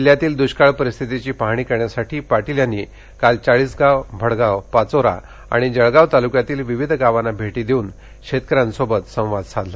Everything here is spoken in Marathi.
जिल्ह्यातील दृष्काळ परिस्थतीची पाहणी करण्यासाठी पाटील यांनी काल चाळीसगाव भडगाव पाचोरा आणि जळगाव तालुक्यातील विविध गावांना भेटी देऊन शेतकऱ्यांसोबत संवाद साधला